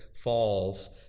falls